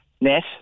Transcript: net